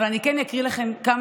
אני מסיים.